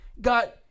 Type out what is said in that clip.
got